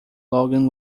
logan